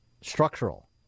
Structural